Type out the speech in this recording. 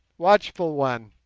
watchful one!